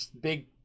big